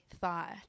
thought